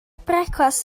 brecwast